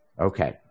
Okay